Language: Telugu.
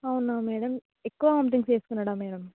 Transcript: అవునా మేడం ఎక్కువ వామిటింగ్స్ చేసుకున్నాడా మేడం